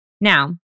Now